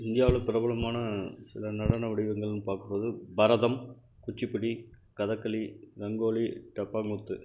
இந்தியாவில் பிரபலமான சில நடன வடிங்களெனு பார்க்கும்போது பரதம் குச்சிபுடி கதக்களி ரங்கோலி டப்பாங்குத்து